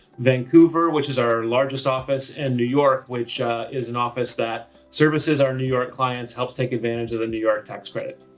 vancouver, which is our largest office, and new york, which ah is an office that services our new york clients, helps take advantage of the new york tax credit.